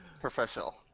Professional